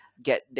get